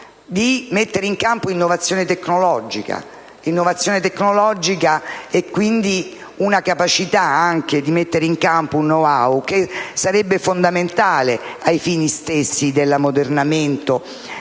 a mettere in campo innovazione tecnologica, la capacità anche di mettere in campo un *know-how* che sarebbe fondamentale ai fini dell'ammodernamento